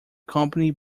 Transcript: company